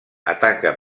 ataca